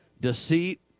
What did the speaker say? deceit